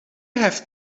have